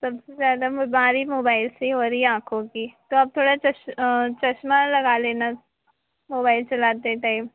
सबसे ज़्यादा बिमारी मोबाइल से ही हो रही आँखों की तो आप थोड़ा चश्मा लगा लेना मोबाइल चलाते टइम